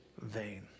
vain